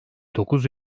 dokuz